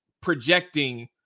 projecting